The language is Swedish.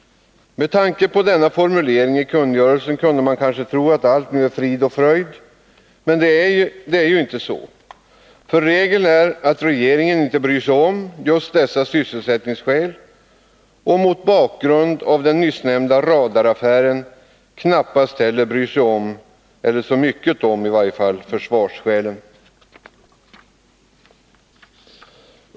Med tanke på denna formulering i kungörelsen kunde man kanske tro att allt nu är frid och fröjd, men det är inte så. Regeln är att regeringen inte bryr sig om just dessa sysselsättningsskäl, och mot bakgrund av den nyssnämnda radaraffären knappast heller bryr sig så mycket om försvarsskälen.